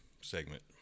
segment